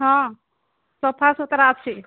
ହଁ ସଫାସୁତୁରା ଅଛି